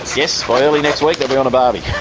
yes, by early next week they'll be on a barbie.